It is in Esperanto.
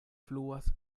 fluas